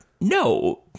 no